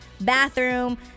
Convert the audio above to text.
Bathroom